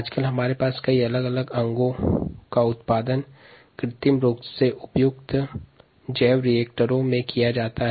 वर्तमान में विभिन्न अंगों का उत्पादन कृत्रिम रूप से उपयुक्त बायोरिएक्टर्स में किया जाता है